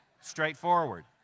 straightforward